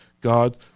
God